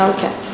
Okay